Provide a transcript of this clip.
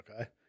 Okay